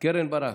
קרן ברק,